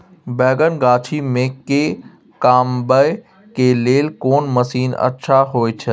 बैंगन गाछी में के कमबै के लेल कोन मसीन अच्छा होय छै?